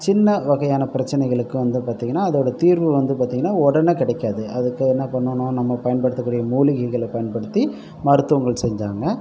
சின்ன வகையான பிரச்சினைகளுக்கு வந்து பார்த்திங்கன்னா அதோடய தீர்வு வந்து பார்த்திங்கன்னா உடனே கிடைக்காது அதுக்கு என்ன பண்ணனும் நம்ம பயன்படுத்த கூடிய மூலிகைகளை பயன்படுத்தி மருத்துவங்கள் செஞ்சாங்க